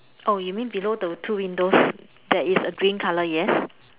oh you mean below the two windows there is a green colour yes